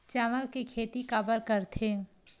चावल के खेती काबर करथे?